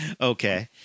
Okay